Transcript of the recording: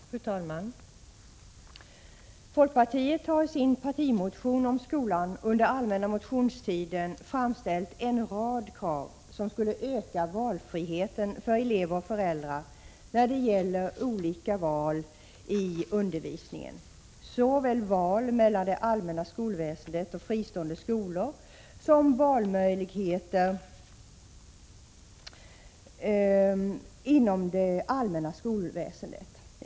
Fru talman! Folkpartiet har i sin partimotion om skolan under allmänna motionstiden framställt en rad krav som skulle öka valfriheten för elever och föräldrar när det gäller olika val i undervisningen — såväl val emellan det allmänna skolväsendet och fristående skolor som valmöjligheter inom det allmänna skolväsendet.